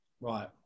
Right